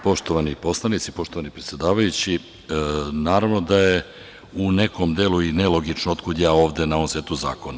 Poštovani poslanici, poštovani predseda-vajući, naravno da je u nekom delu i nelogično otkud ja ovde na ovom setu zakona.